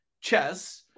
chess